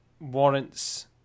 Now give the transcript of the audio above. warrants